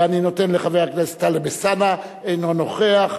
אני נותן לחבר הכנסת טלב אלסאנע, אינו נוכח.